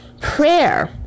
prayer